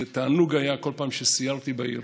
זה היה תענוג בכל פעם שסיירתי בעיר